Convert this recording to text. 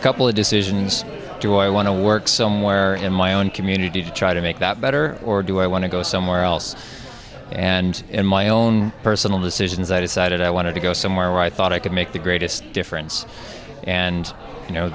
couple of decisions do i want to work somewhere in my own community to try to make that better or do i want to go somewhere else and in my own personal decisions i decided i wanted to go somewhere where i thought i could make the greatest difference and you know